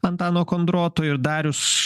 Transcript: antano kondroto ir darius